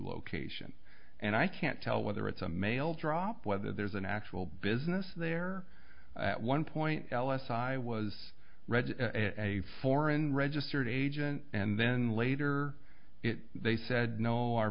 location and i can't tell whether it's a mail drop whether there's an actual business there at one point l s i was read a foreign registered agent and then later they said no our